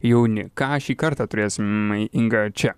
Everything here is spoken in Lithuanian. jauni ką šį kartą turės m inga čia